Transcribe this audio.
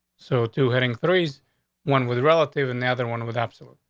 so to hitting threes won with relative and the other one with absolute.